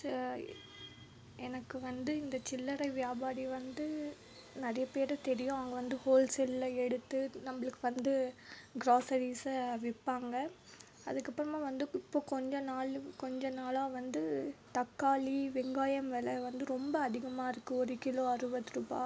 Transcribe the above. எனக்கு வந்து இந்த சில்லறை வியாபாரி வந்து நிறைய பேரு தெரியும் அவங்க வந்து ஹோல்சேலில் எடுத்து நம்பளுக்கு வந்து க்ராஸரிசை விற்பாங்க அதுக்கப்பறமாக வந்து இப்போ கொஞ்ச நாள் கொஞ்ச நாளாக வந்து தக்காளி வெங்காயம் வெலை வந்து ரொம்ப அதிகமாக இருக்குது ஒரு கிலோ அறுபது ரூபாய்